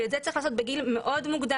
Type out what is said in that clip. ואת זה צריך לעשות בגיל מאוד מוקדם.